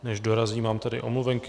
Než dorazí, mám tady omluvenky.